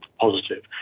positive